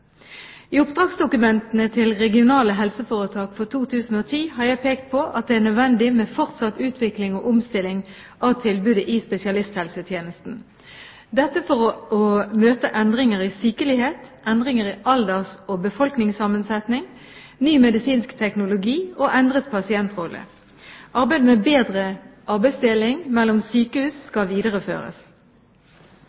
I oppdragsdokumentene til regionale helseforetak for 2010 har jeg pekt på at det er nødvendig med fortsatt utvikling og omstilling av tilbudet i spesialisthelsetjenesten, dette for å møte endringer i sykelighet, endringer i alders- og befolkningssammensetning, ny medisinsk teknologi og endret pasientrolle. Arbeidet med bedre arbeidsdeling mellom sykehus